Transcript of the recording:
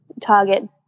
target